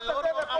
יש תכנית כזאת.